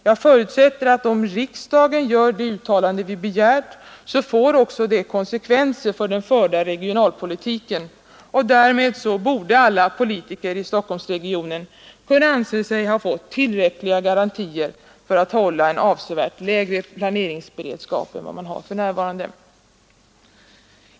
Jag förutsätter att om riksdagen gör det uttalande som vi begärt så får det också konsekvenser för den förda regionalpolitiken och därmed borde alla politiker i Stockholmsregionen kunna anse att de har fått tillräckliga garantier för att hålla en avsevärt lägre planeringsberedskap än vad man har för närvarande.